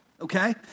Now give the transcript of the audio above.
Okay